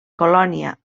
colònia